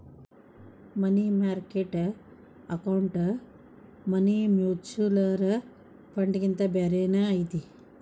ಮನಿ market account money mutual ಫಂಡ್ಗಿಂತ ಬ್ಯಾರೇನ ಐತಿ